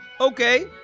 Okay